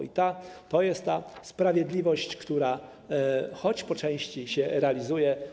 I to jest ta sprawiedliwość, która choć po części się realizuje.